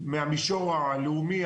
מהמישור הלאומי,